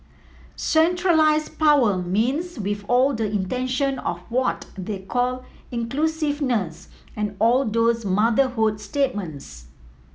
centralise power means with all the intention of what they call inclusiveness and all those motherhood statements